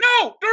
no